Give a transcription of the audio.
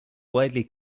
widely